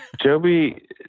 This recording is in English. Joby